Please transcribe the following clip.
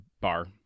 bar